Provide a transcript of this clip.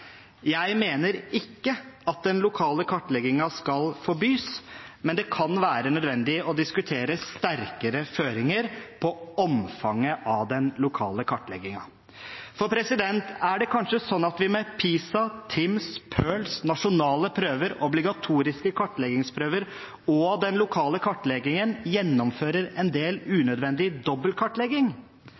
Jeg mener ikke at den lokale kartleggingen skal forbys, men det kan være nødvendig å diskutere sterkere føringer på omfanget av den lokale kartleggingen. Er det kanskje sånn at vi med PISA, TIMSS, PIRLS, nasjonale prøver, obligatoriske kartleggingsprøver og den lokale kartleggingen gjennomfører en del unødvendig dobbeltkartlegging?